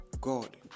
God